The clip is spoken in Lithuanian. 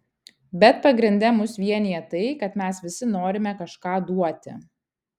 bet pagrinde mus vienija tai kad mes visi norime kažką duoti